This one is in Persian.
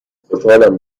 خوشحالم